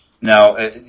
Now